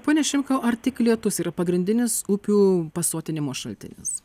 pone šimkau ar tik lietus yra pagrindinis upių pasotinimo šaltinis